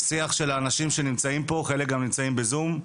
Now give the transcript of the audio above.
של האנשים שנמצאים פה ואלה שנמצאים בזום.